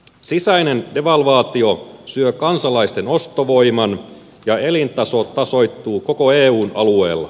sisäinen devalvaatio syö kansalaisten ostovoiman ja elintaso tasoittuu koko eun alueella